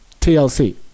TLC